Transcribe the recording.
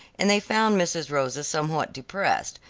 and they found mrs. rosa somewhat depressed,